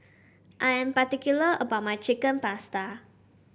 I am particular about my Chicken Pasta